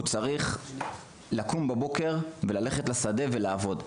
שהוא יקום בבוקר ויצא לעבוד בשדה.